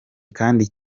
kandi